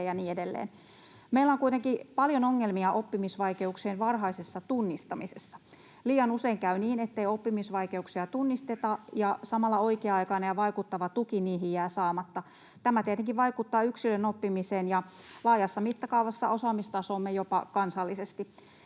Meillä on kuitenkin paljon ongelmia oppimisvaikeuksien varhaisessa tunnistamisessa. Liian usein käy niin, ettei oppimisvaikeuksia tunnisteta, ja samalla oikea-aikainen ja vaikuttava tuki niihin jää saamatta. Tämä tietenkin vaikuttaa yksilön oppimiseen ja laajassa mittakaavassa osaamistasoomme jopa kansallisesti.